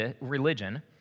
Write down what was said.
religion